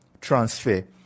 transfer